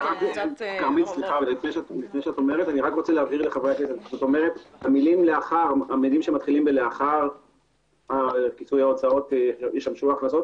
אני רוצה להבהיר המילים שמתחילות ב:לאחר כיסוי ההוצאות ישמשו הכנסות